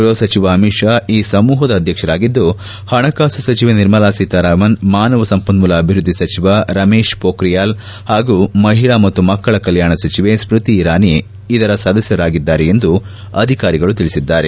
ಗೃಹ ಸಚಿವ ಅಮಿತ್ ಷಾ ಈ ಸಮೂಪದ ಅಧ್ಯಕ್ಷರಾಗಿದ್ದು ಹಣಕಾಸು ಸಚಿವೆ ನಿರ್ಮಲಾ ಸೀತಾರಾಮನ್ ಮಾನವ ಸಂಪನ್ನೂಲ ಅಭಿವೃದ್ದಿ ಸಚಿವ ರಮೇಶ್ ಪೊಕ್ರಿಯಾಲ್ ಹಾಗೂ ಮಹಿಳಾ ಮತ್ತು ಮಕ್ಕಳ ಕಲ್ಲಾಣ ಸಚಿವೆ ಸ್ನತಿ ಇರಾನಿ ಇದರ ಸದಸ್ಯರಾಗಿದ್ದಾರೆ ಎಂದು ಅಧಿಕಾರಿಗಳು ತಿಳಿಸಿದ್ದಾರೆ